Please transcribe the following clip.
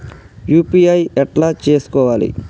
UPI ఎట్లా చేసుకోవాలి?